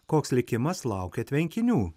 koks likimas laukia tvenkinių